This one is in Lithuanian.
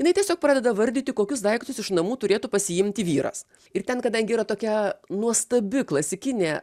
jinai tiesiog pradeda vardyti kokius daiktus iš namų turėtų pasiimti vyras ir ten kadangi yra tokia nuostabi klasikinė